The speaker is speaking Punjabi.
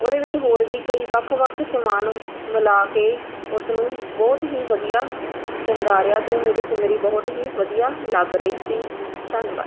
ਉਹਦੇ ਵਿੱਚ ਹੋਰ ਵੀ ਕਈ ਵੱਖ ਵੱਖ ਸਮਾਨ ਮਿਲਾ ਕੇ ਉਸ ਨੂੰ ਬਹੁਤ ਹੀ ਵਧੀਆ ਸ਼ਿੰਗਾਰਿਆ ਅਤੇ ਉਹ ਮੇਰੀ ਸਿਨਰੀ ਬਹੁਤ ਹੀ ਵਧੀਆ ਲੱਗ ਰਹੀ ਸੀ ਧੰਨਵਾਦ